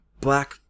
black